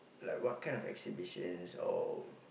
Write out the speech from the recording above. like what kind of exhibitions or